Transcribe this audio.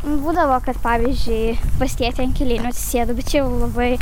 būdavo kad pavyzdžiui pas tėtį ant kelienių atsisėdu bet čia jau labai